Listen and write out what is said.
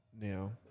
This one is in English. now